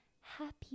Happy